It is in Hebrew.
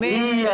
מזל טוב.